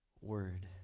word